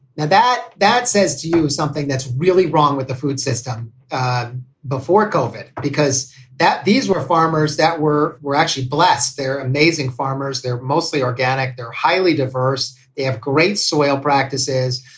now that that says to you something that's really wrong with the food system before colvert, because that these were farmers that were were actually blessed. they're amazing farmers. they're mostly organic. they're highly diverse. they have great soil practices.